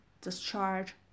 discharge